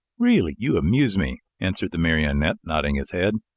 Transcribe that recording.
really, you amuse me, answered the marionette, nodding his head.